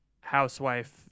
housewife